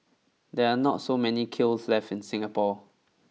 there are not so many kilns left in Singapore